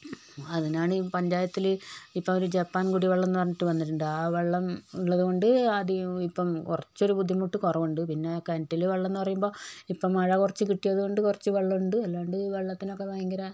അതിനാണ് ഈ പഞ്ചായത്തിൽ ഇപ്പോൾ ഒരു ജപ്പാൻ കുടിവെള്ളം എന്ന് പറഞ്ഞിട്ട് വന്നിട്ടുണ്ട് ആ വെള്ളം ഉള്ളതുകൊണ്ട് അത് ഇപ്പം കുറച്ചൊരു ബുദ്ധിമുട്ട് കുറവുണ്ട് പിന്നെ കിണറ്റിൽ വെള്ളം എന്ന് പറയുമ്പോൾ ഇപ്പം മഴ കുറച്ച് കിട്ടിയത് കൊണ്ട് കുറച്ച് വെള്ളം ഉണ്ട് അല്ലാണ്ട് വെള്ളത്തിനൊക്കെ ഭയങ്കര